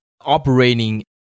operating